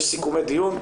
יש סיכומי דיון.